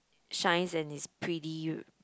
shines and it's prettier